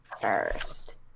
first